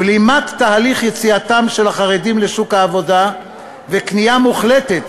בלימת תהליך יציאתם של החרדים לשוק העבודה וכניעה מוחלטת